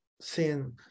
seeing